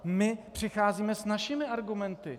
My přicházíme s našimi argumenty.